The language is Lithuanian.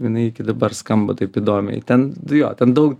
jinai iki dabar skamba taip įdomiai ten jo ten daug